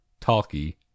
talky